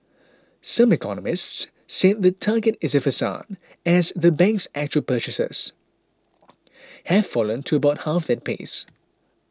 some economists said the target is a facade as the bank's actual purchases have fallen to about half that pace